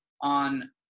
on